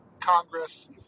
Congress